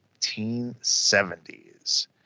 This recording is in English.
1970s